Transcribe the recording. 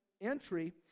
entry